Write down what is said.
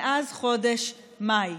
מאז חודש מאי.